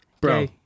Bro